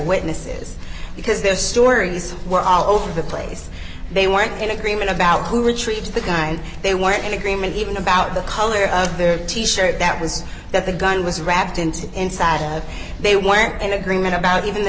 witnesses because their stories were all over the place they weren't in agreement about who retrieves the guy and they weren't in agreement even about the color of their t shirt that was that the gun was wrapped into the inside and they weren't in agreement about even the